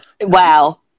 Wow